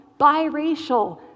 biracial